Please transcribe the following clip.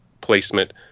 placement